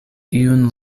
iun